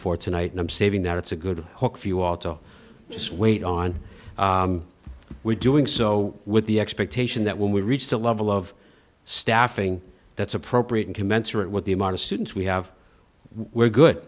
for tonight and i'm saving that it's a good book few auto just wait on we're doing so with the expectation that when we reach the level of staffing that's appropriate and commensurate with the amount of students we have we're good